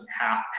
half